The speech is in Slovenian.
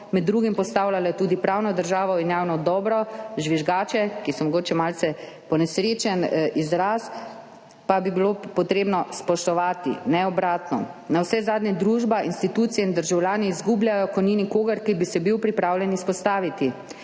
med drugim postavljala tudi pravno državo in javno dobro, žvižgače, kar je mogoče malce ponesrečen izraz, pa bi bilo potrebno spoštovati, ne obratno. Navsezadnje družba, institucije in državljani izgubljajo, ko ni nikogar, ki bi se bil pripravljen izpostaviti.